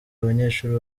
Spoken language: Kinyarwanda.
abanyeshuri